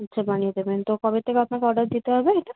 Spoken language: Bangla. আচ্ছা বানিয়ে দেবেন তো কবে থেকে আপনাকে অর্ডার দিতে হবে এটা